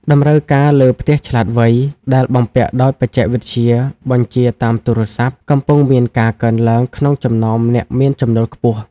តម្រូវការលើ "ផ្ទះឆ្លាតវៃ" ដែលបំពាក់ដោយបច្ចេកវិទ្យាបញ្ជាតាមទូរស័ព្ទ កំពុងមានការកើនឡើងក្នុងចំណោមអ្នកមានចំណូលខ្ពស់។